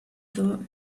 thought